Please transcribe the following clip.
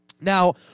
Now